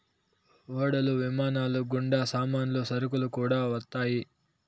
ఓడలు విమానాలు గుండా సామాన్లు సరుకులు కూడా వస్తాయి